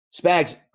Spags